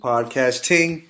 Podcasting